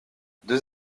deux